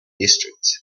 district